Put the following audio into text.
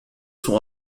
sont